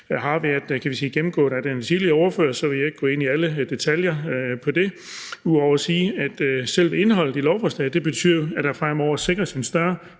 har været gennemgået af den tidligere ordfører, vil jeg ikke gå ind i alle detaljer ud over at sige, at selve indholdet i lovforslaget jo betyder, at der fremover sikres en større